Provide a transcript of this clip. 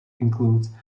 includes